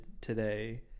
today